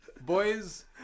boys